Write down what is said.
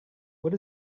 what